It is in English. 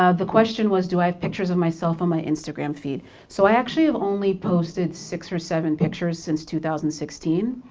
ah the question was do i have pictures of myself on my instagram feed? so i actually have only posted six or seven pictures since two thousand and sixteen